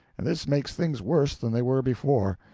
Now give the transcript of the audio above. and this makes things worse than they were before,